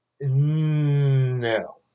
No